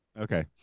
Okay